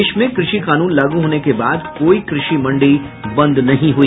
देश में कृषि कानून लागू होने के बाद कोई कृषि मंडी बंद नहीं हुई